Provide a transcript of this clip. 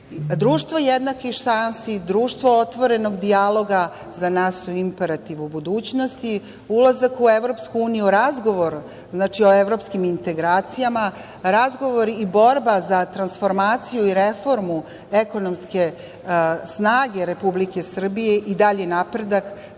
Srbije. Društvo jednakih šansi, društvo otvorenog dijaloga za nas su imperativ u budućnosti, ulazak u EU, razgovor o evropskim integracijama, razgovori i borba za transformaciju i reformu ekonomske snage Republike Srbije i dalji napredak